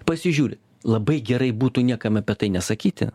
pasižiūri labai gerai būtų niekam apie tai nesakyti